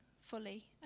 fully